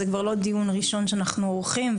זה כבר לא דיון ראשון שאנחנו עורכים,